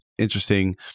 interesting